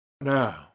now